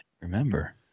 remember